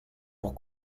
pour